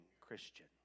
Christian